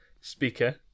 Speaker